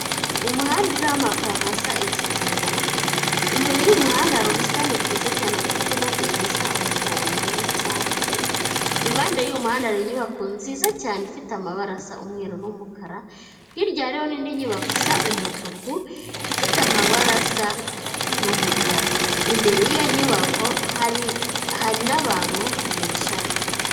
Umuhanda uriho amapave asa ikigina, imbere y'umuhanda hari ubusitani bwiza cyane bufite indabyo zisa umuhondo n'icyatsi, impande y'uwo muhanda hari inyubako nziza cyane ifite amabara asa umweru n'umukara hirya yaho hariho indi nyubako ifite amabara